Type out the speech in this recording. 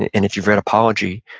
and if you've read apology,